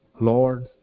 Lord